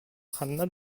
ханна